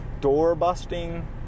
door-busting